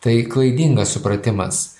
tai klaidingas supratimas